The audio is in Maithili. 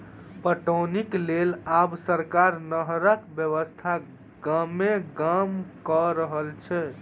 पटौनीक लेल आब सरकार नहरक व्यवस्था गामे गाम क रहल छै